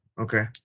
Okay